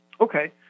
okay